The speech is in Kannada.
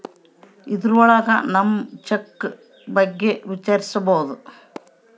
ಇದ್ರೊಳಗ ನಮ್ ಚೆಕ್ ಬಗ್ಗೆ ವಿಚಾರಿಸ್ಬೋದು